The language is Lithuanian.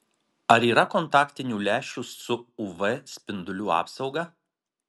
ar yra kontaktinių lęšių su uv spindulių apsauga